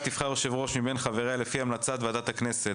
תבחר יושב-ראש מבין חבריה לפי המלצת ועדת הכנסת.